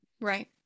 Right